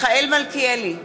מיכאל מלכיאלי,